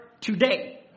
today